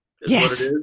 Yes